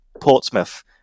Portsmouth